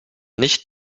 nicht